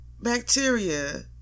bacteria